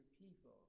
people